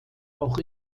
auch